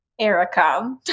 Erica